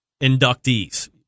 inductees